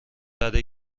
زده